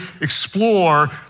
explore